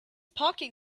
parking